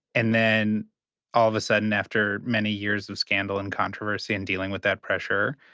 and then all of a sudden, after many years of scandal and controversy and dealing with that pressure,